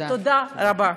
תודה רבה.